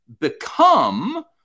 become